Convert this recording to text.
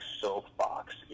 soapbox